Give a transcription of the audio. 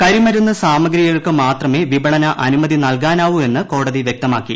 കരിമരുന്ന് സാമഗ്രികൾക്ക് മാത്രമെ വിപണന അനുമതി നൽകാനാവൂ എന്ന് കോടതി വൃക്തമാക്കി